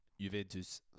Juventus